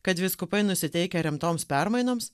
kad vyskupai nusiteikę rimtoms permainoms